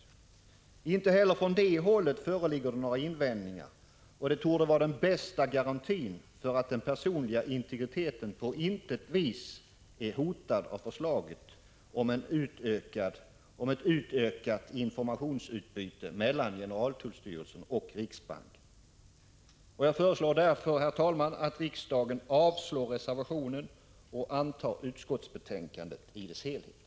Inte heller från det hållet 21 maj 1986 föreligger det några invändningar, och det torde vara den bästa garantin för att den personliga integriteten på intet vis är hotad av förslaget om ett utökat informationsutbyte mellan generaltullstyrelsen och riksbanken. Jag föreslår därför, herr talman, att riksdagen avslår reservationen och antar utskottets hemställan i dess helhet.